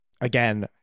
Again